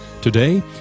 Today